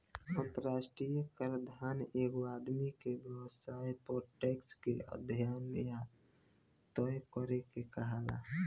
अंतरराष्ट्रीय कराधान एगो आदमी के व्यवसाय पर टैक्स के अध्यन या तय करे के कहाला